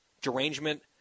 derangement